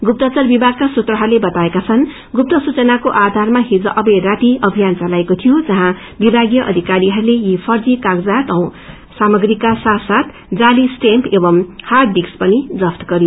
गुप्तचर विभागका सूत्रहस्ले बताएका छन् गुप्त सूचनाको आधारमा हिज अवेर राती अभियान चलाईएको थियो जहाँ विभागीय अधिकारीहरू यी फर्जी कागजात र सामग्रीहरूका साथ साथ जाली स्टेम्प एवं हांड डिस्क पनि जफ्त गर्यो